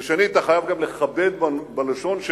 שנית, אתה חייב גם לכבד בלשון.